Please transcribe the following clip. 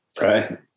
Right